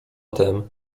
tem